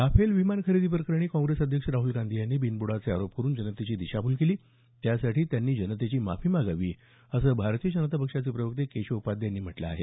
Rafale विमान खरेदी प्रकरणी काँग्रेस अध्यक्ष राहल गांधी यांनी बिनबुडाचे आरोप करुन जनतेची दिशाभूल केली त्यासाठी त्यांनी जनतेची माफी मागावी असं भारतीय जनता पक्षाचे प्रवक्ते केशव उपाध्ये यांनी म्हटलं आहे